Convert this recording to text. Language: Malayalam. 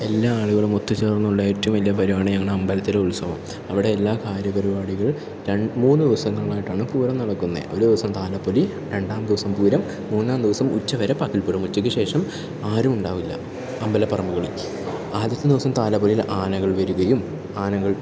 എല്ലാ ആളുകളും ഒത്തുചേർന്നുള്ള ഏറ്റവും വലിയ പരിപാടി ഞങ്ങളുടെ അമ്പലത്തിലെ ഉത്സവം അവിടെ എല്ലാ കാര്യ പരിപാടികൾ മൂന്നു ദിവസങ്ങളിലായിട്ടാണ് പൂരം നടക്കുന്നത് ഒരു ദിവസം താലപ്പൊലി രണ്ടാം ദിവസം പുരം മൂന്നാം ദിവസം ഉച്ച വരെ പകൽപൂരവും ഉച്ചയ്ക്ക് ശേഷം ആരും ഉണ്ടാവില്ല അമ്പലപ്പറമ്പുകളിൽ ആദ്യത്തെ ദിവസം താലപ്പൊലിയിൽ ആനകൾ വരികയും ആനകൾ